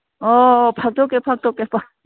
ꯑꯣ ꯑꯣ ꯐꯥꯛꯇꯣꯛꯀꯦ ꯐꯥꯛꯇꯣꯛꯀꯦ